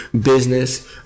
business